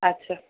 अच्छा